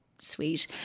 sweet